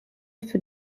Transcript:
für